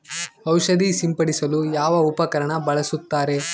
ಔಷಧಿ ಸಿಂಪಡಿಸಲು ಯಾವ ಉಪಕರಣ ಬಳಸುತ್ತಾರೆ?